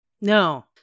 No